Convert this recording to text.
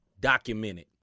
Documented